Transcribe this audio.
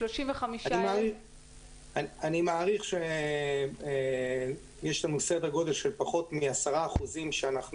אני מעריך שיש לנו סדר גודל של פחות מ-10% שאנחנו